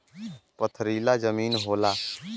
पथरीला जमीन होला